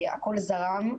הכול זרם.